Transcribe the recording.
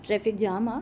traffic jam आहे